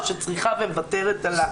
או שצריכה ומוותרת.